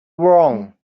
wrong